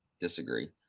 Disagree